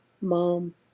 Mom